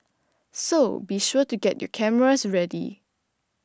so be sure to get your cameras ready